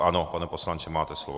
Ano, pane poslanče, máte slovo.